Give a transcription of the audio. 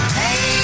hey